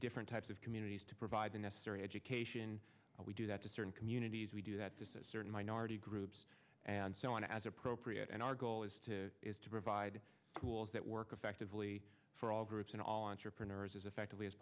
different types of communities to provide the necessary education and we do that to certain communities we do that certain minority groups and so on as appropriate and our goal is to provide tools that work effectively for all groups and on your printer as effectively as